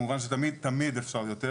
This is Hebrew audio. כמובן שתמיד אפשר יותר,